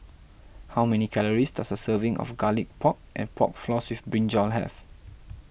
how many calories does a serving of Garlic Pork and Pork Floss with Brinjal have